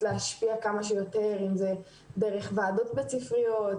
להשפיע כמה שיותר אם זה דרך ועדות בית ספרית,